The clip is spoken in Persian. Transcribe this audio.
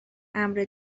امر